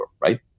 right